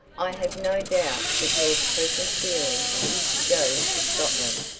i have no doubt that your present feeling is to go to scotland,